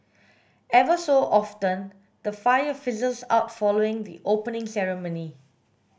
ever so often the fire fizzles out following the opening ceremony